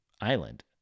Island